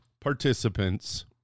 participants